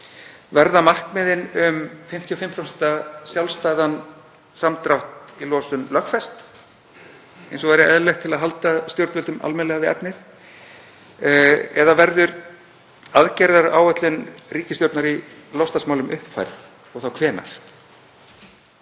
Verða markmiðin um 55% sjálfstæðan samdrátt í losun lögfest eins og væri eðlilegt til að halda stjórnvöldum almennilega við efnið eða verður aðgerðaáætlun ríkisstjórnar í loftslagsmálum uppfærð og þá hvenær?